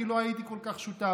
כי לא הייתי כל כך שותף.